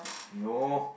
no